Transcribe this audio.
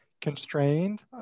constrained